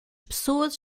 pessoas